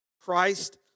Christ